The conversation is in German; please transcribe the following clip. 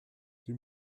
die